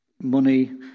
money